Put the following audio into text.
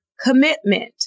commitment